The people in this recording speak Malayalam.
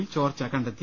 ലിൽ ചോർച്ച കണ്ടെത്തി